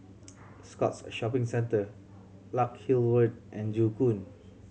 Scotts Shopping Centre Larkhill Road and Joo Koon